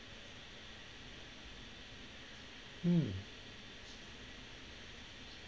mm